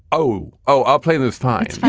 oh, oh, i'll play this fine, but